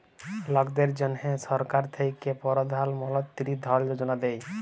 লকদের জ্যনহে সরকার থ্যাকে পরধাল মলতিরি ধল যোজলা দেই